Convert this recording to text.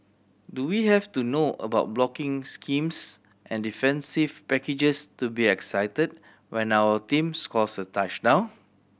do we have to know about blocking schemes and defensive packages to be excited when our team scores a touchdown